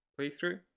playthrough